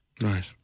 Right